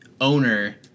owner